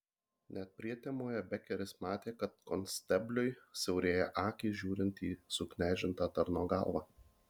net prietemoje bekeris matė kad konstebliui siaurėja akys žiūrint į suknežintą tarno galvą